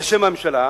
בשם הממשלה,